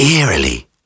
eerily